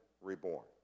reborn